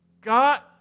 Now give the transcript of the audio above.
God